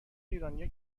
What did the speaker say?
ایرانیا